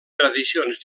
tradicions